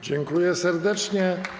Dziękuję serdecznie.